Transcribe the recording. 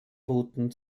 routen